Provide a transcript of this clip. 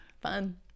fun